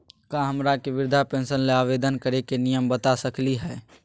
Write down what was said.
का हमरा के वृद्धा पेंसन ल आवेदन करे के नियम बता सकली हई?